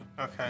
Okay